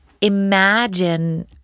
imagine